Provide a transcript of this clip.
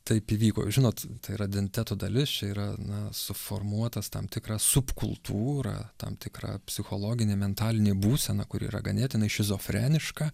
taip įvyko žinot tai yra identiteto dalis čia yra na suformuotas tam tikra subkultūra tam tikra psichologinė mentalinė būsena kuri yra ganėtinai šizofreniška